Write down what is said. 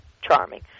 charming